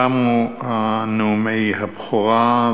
תמו נאומי הבכורה.